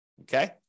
okay